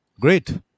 Great